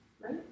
right